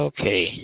Okay